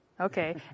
Okay